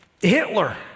Hitler